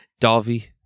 Davi